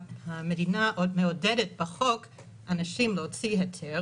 המדינה מעודדת בחוק אנשים להוציא היתר